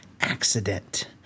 accident